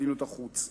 מדיניות החוץ,